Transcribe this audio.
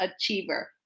achiever